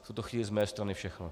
V tuto chvíli z mé strany všechno.